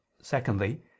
secondly